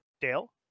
Dale